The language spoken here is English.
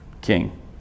King